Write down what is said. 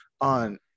on